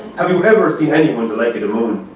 have you ever seen anyone but likely to moon?